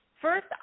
First